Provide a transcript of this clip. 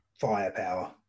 firepower